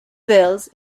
bills